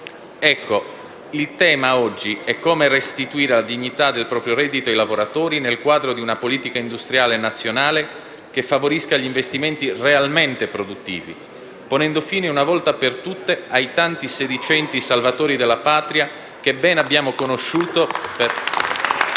il tema oggi è come restituire la dignità del proprio reddito ai lavoratori nel quadro di una politica industriale nazionale che favorisca gli investimenti realmente produttivi, ponendo fine, una volta per tutte, ai tanti sedicenti salvatori della Patria che ben abbiamo conosciuto per